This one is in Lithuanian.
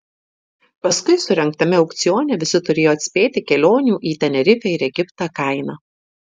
paskui surengtame aukcione visi turėjo atspėti kelionių į tenerifę ir egiptą kainą